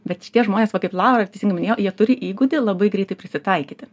bet šitie žmonės va kaip laura ir teisingai minėjo jie turi įgūdį labai greitai prisitaikyti